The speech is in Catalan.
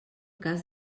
cas